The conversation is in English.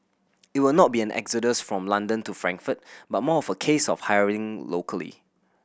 it will not be an exodus from London to Frankfurt but more a case of hiring locally